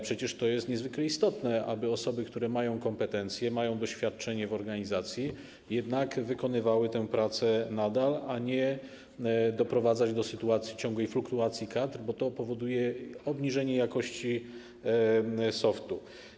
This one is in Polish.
Przecież to jest niezwykle istotne, aby osoby, które mają kompetencje, mają doświadczenie w organizacji, jednak wykonywały tę pracę nadal, aby nie doprowadzać do sytuacji ciągłej fluktuacji kadr, bo to powoduje obniżenie jakości softu.